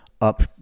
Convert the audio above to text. up